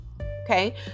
okay